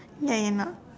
ya you are not